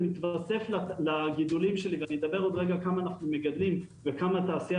מתווסף לגידולים שלי ואני אספר עוד רגע כמה אנחנו מגדלים וכמה התעשייה